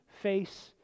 face